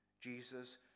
Jesus